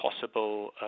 possible